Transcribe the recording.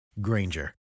Granger